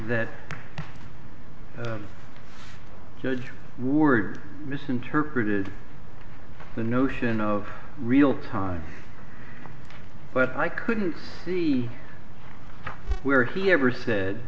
that the judge ward misinterpreted the notion of real time but i couldn't see where he ever said